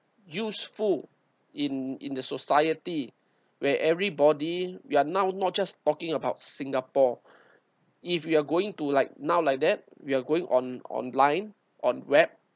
useful in in the society where everybody we are now not just talking about singapore if you're going to like now like that we're going on on online on web